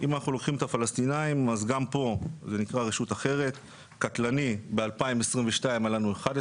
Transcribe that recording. אני שמח שאתה פתחת, אז אין בינינו ויכוח, רק תהיה